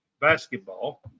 basketball